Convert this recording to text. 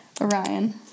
Orion